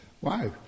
wow